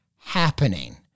happening